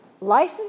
life